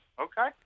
Okay